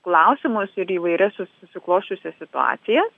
klausimus ir įvairias su susiklosčiusias situacija